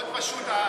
מאוד פשוט,